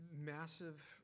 massive